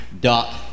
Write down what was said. dot